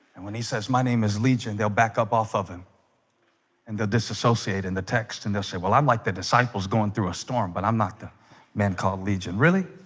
and when he says my name is legion they'll back up off of him and the disassociate in the text, and they'll say well, i'm like the disciples going through a storm, but i'm not the man called legion really